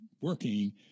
working